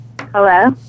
Hello